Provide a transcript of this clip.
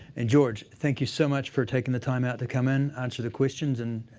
and george, thank you so much for taking the time out to come in, answer the questions and.